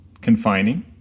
confining